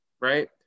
right